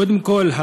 קודם כול,